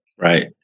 Right